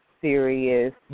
serious